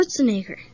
Schwarzenegger